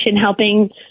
helping